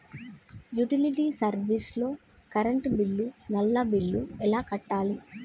Utility service లో current bill, నల్లా bill ఎలా కట్టాలి?